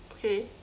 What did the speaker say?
okay